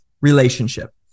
relationship